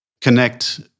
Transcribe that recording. Connect